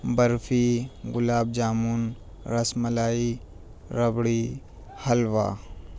barfi gulab jamun rasmalai rabri حلوہ